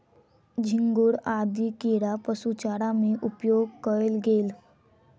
झींगुर आदि कीड़ा पशु चारा में उपयोग कएल गेल